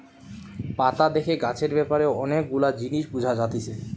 পাতা দেখে গাছের ব্যাপারে অনেক গুলা জিনিস বুঝা যাতিছে